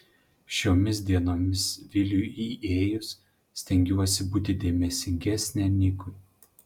šiomis dienomis viliui įėjus stengiuosi būti dėmesingesnė nikui